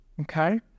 okay